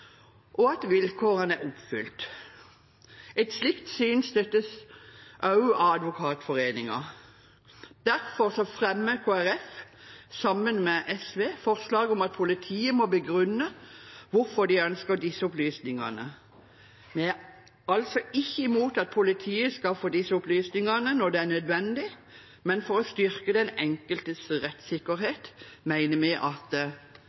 og at vilkårene er oppfylt. Et slikt syn støttes også av Advokatforeningen. Derfor fremmer Kristelig Folkeparti, sammen med SV, forslag om at politiet må begrunne hvorfor de ønsker disse opplysningene. Vi er altså ikke imot at politiet skal få disse opplysningene når det er nødvendig, men for å styrke den enkeltes rettssikkerhet mener vi at